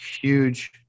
huge